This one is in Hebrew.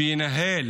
שינהל